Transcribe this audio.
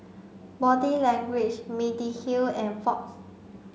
Body Language Mediheal and Fox